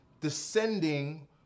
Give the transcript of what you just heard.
descending